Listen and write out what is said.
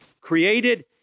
created